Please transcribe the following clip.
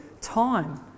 time